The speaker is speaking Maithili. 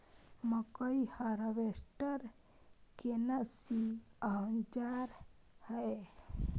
मकई हारवेस्टर केना सी औजार हय?